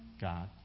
God